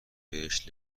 بهش